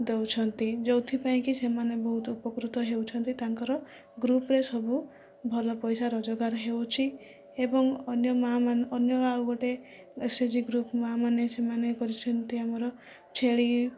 ଦେଉଛନ୍ତି ଯେଉଁଥିପାଇଁ କି ସେମାନେ ବହୁତ ଉପକୃତ ହେଉଛନ୍ତି ତାଙ୍କର ଗ୍ରୁପରେ ସବୁ ଭଲ ପଇସା ରୋଜଗାର ହେଉଛି ଏବଂ ଅନ୍ୟ ମାଆ ଅନ୍ୟ ଆଉ ଗୋଟିଏ ଏସ୍ଏଚ୍ଜି ଗ୍ରୁପ ମାଆ ମାନେ ସେମାନେ କରିଛନ୍ତି ଆମର ଛେଳି